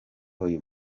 uyu